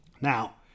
Now